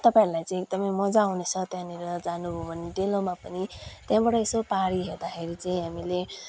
तपाईँहरूलाई चाहिँ एकदम मज्जा आउनेछ त्यहाँनिर जानुभयो भने डेलोमा पनि त्यहाँबाट यसो पारि हेर्दाखेरि चाहिँ हामीले